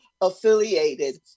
affiliated